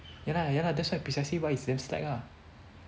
ya lah ya lah that's why precisely is damn slack ah